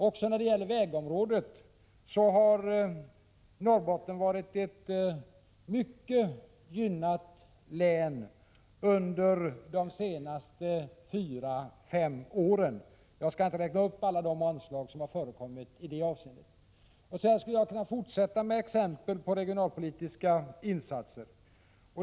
Också när det gäller vägområdet har Norrbotten varit ett mycket gynnat län under de senaste fyra fem åren. Jag skulle kunna fortsätta med exempel på olika regionalpolitiska insatser, men jag skall inte räkna upp alla de anslag som förekommit.